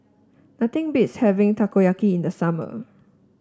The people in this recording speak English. nothing beats having Takoyaki in the summer